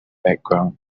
background